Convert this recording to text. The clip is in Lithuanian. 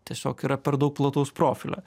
tiesiog yra per daug plataus profilio